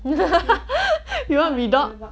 with dog